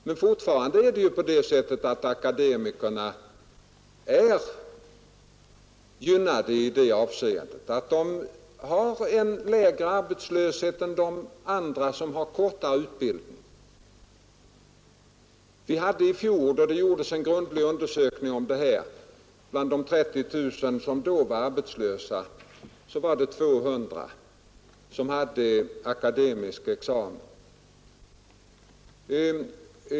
Men fortfarande är akademikerna gynnade i det avseendet att de har lägre arbetslöshet än de andra, som har kortare utbildning. I fjor gjordes det en grundlig undersökning bland de 30 000 som då var arbetslösa, och det visade sig att det var 200 av dem som hade akademisk examen.